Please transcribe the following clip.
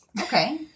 Okay